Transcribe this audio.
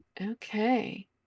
okay